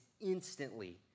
instantly